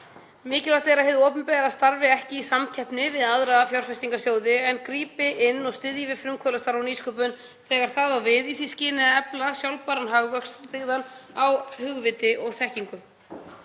Mikilvægt er að hið opinbera starfi ekki í samkeppni við aðra fjárfestingarsjóði en grípi inn og styðji við frumkvöðlastarf og nýsköpun þegar það á við í því skyni að efla sjálfbæran hagvöxt byggðan á hugviti og þekkingu.